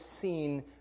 seen